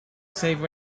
save